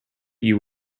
you